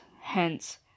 hence